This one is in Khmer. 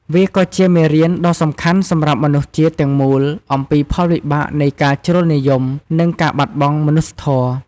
វាក៏ជាមេរៀនដ៏សំខាន់សម្រាប់មនុស្សជាតិទាំងមូលអំពីផលវិបាកនៃការជ្រុលនិយម និងការបាត់បង់មនុស្សធម៌។